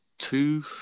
Two